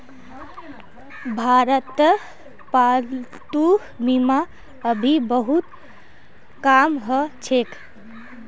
भारतत पालतू बीमा अभी बहुत कम ह छेक